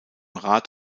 rat